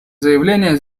заявления